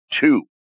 two